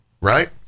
Right